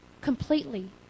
Completely